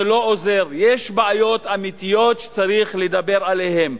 זה לא עוזר, יש בעיות אמיתיות שצריך לדבר עליהן.